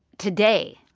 today,